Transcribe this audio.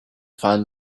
find